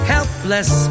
Helpless